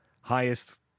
highest